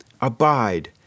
Abide